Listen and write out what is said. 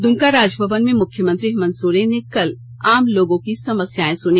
दुमका राजभवन में मुख्यमंत्री हेमंत सोरेन ने कल आम लोगों की समस्याएं सुनी